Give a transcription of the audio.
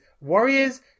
Warriors